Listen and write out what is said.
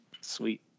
Sweet